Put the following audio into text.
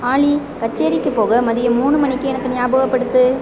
ஆலி கச்சேரிக்குப் போக மதியம் மூணு மணிக்கு எனக்கு ஞாபகப்படுத்து